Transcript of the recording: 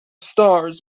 stars